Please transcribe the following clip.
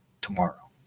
tomorrow